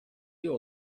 you